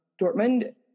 Dortmund